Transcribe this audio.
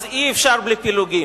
אז אי-אפשר בלי פילוגים.